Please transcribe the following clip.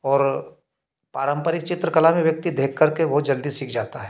और पारंपरिक चित्रकला में व्यक्ति देखकर के बहुत जल्दी सीख जाता है